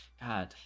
God